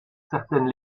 certaines